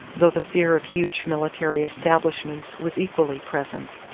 though the fear of huge military establishments was equally present.